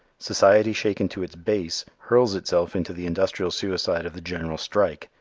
society shaken to its base, hurls itself into the industrial suicide of the general strike,